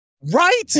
Right